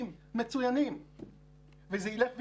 זה עובר דרך קרנות